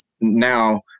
now